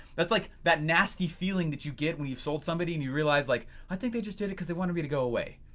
that's like that nasty feeling that you get when you've sold somebody and you realize like i think they just did it because they wanted me to go away.